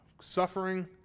Suffering